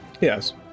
Yes